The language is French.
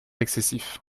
excessif